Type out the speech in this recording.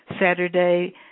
Saturday